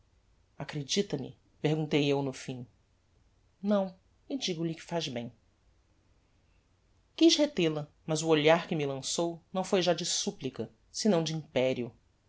nada acredita me perguntei eu no fim não e digo-lhe que faz bem quiz retel a mas o olhar que me lançou não foi já de supplica senão de imperio